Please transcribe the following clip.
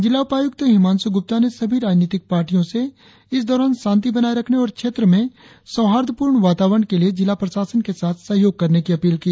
जिला उपायुक्त हिमांशु गुप्ता ने सभी राजनीतिक पार्टियों से इस दौरान शांति बनाए रखने और क्षेत्र में सौहार्दपूर्ण वातावरण के लिए जिला प्रशासन के साथ सहयोग करने की अपील की